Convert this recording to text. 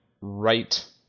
right